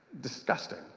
Disgusting